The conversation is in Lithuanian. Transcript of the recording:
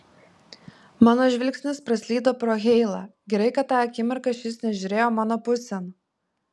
mano žvilgsnis praslydo pro heilą gerai kad tą akimirką šis nežiūrėjo mano pusėn